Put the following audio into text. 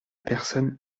personne